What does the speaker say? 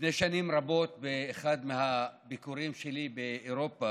לפני שנים רבות, באחד מהביקורים שלי באירופה,